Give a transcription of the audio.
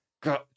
God